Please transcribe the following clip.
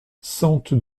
sente